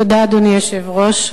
אדוני היושב-ראש,